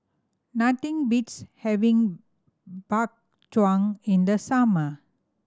nothing beats having Bak Chang in the summer